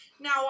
now